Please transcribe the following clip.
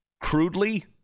Crudely